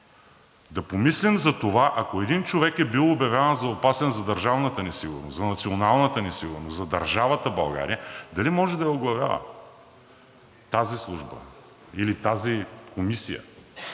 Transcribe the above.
да помислим за това, ако един човек е бил обявяван за опасен за държавната ни сигурност, за националната ни сигурност, за държавата България, дали може да оглавява тази служба, или тази комисия,